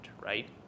right